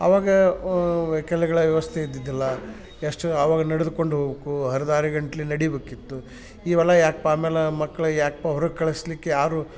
ಅವಾಗ ವೆಯ್ಕಲ್ಲಗಳ ವ್ಯವಸ್ಥೆ ಇದ್ದಿದ್ದಿಲ್ಲ ಎಷ್ಟು ಅವಾಗ ನಡ್ದುಕೊಂಡು ಹೋಬೇಕು ಹರದಾರಿ ಗಟ್ಲೆ ನಡಿಬೇಕಿತ್ತು ಇವೆಲ್ಲ ಯಾಕಪ್ಪ ಆಮೇಲೆ ಮಕ್ಳು ಯಾಕಪ್ಪ ಹೊರಗೆ ಕಳಿಸ್ಲಿಕ್ಕೆ ಯಾರು